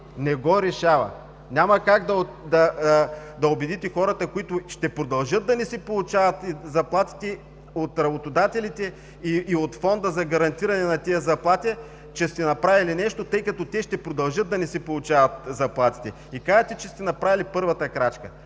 Не го решава! Няма как да убедите хората, които ще продължат да не си получават заплатите от работодателите и от Фонда за гарантиране на тези заплати, че сте направили нещо, тъй като те ще продължат да не си получават заплатите. Казвате, че сте направили първата крачка.